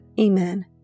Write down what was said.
Amen